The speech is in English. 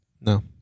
No